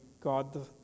God